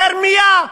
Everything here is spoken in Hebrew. זו רמייה.